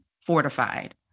fortified